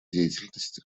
деятельности